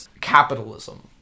Capitalism